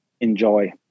enjoy